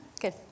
Good